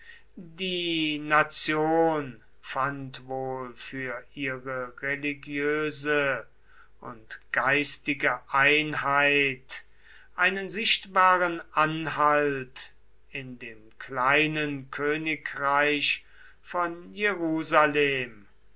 die nation fand wohl für ihre religiöse und geistige einheit einen sichtbaren anhalt in dem kleinen königreich von jerusalem